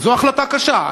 זו החלטה קשה,